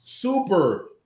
Super